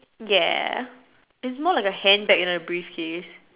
ya its more like a hand bag then a brief case